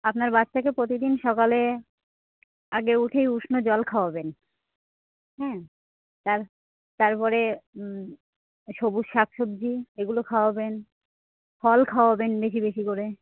আপনার বাচ্চাকে প্রতিদিন সকালে আগে উঠেই উষ্ণ জল খাওয়াবেন হ্যাঁ তার তার পরে সবুজ শাক সবজি এগুলো খাওয়াবেন ফল খাওয়াবেন বেশি বেশি করে